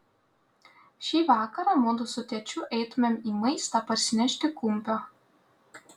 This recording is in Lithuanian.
šį vakarą mudu su tėčiu eitumėm į maistą parsinešti kumpio